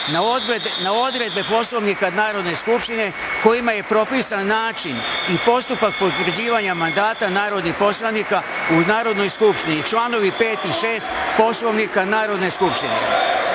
na odredbe Poslovnika Narodne skupštine kojima je propisan način i postupak potvrđivanja mandata narodnih poslanika u Narodnoj skupštini (članovi 5. i 6. Poslovnika Narodne skupštine).Narodni